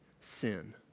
sin